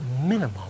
minimum